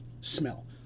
smell